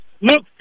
look